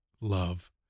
love